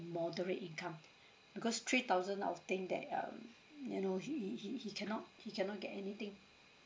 moderate income because three thousand I would think that um you know he he he cannot he cannot get anything